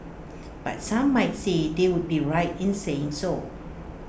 but some might say they would be right in saying so